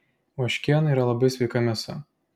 ožkiena yra labai sveika mėsa